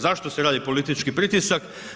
Zašto se radi politički pritisak?